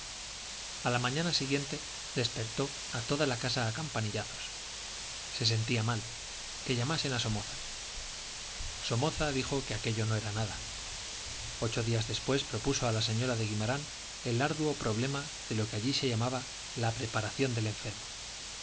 a la mañana siguiente despertó a toda la casa a campanillazos se sentía mal que llamasen a somoza somoza dijo que aquello no era nada ocho días después propuso a la señora de guimarán el arduo problema de lo que allí se llamaba la preparación del enfermo